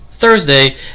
Thursday